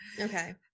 Okay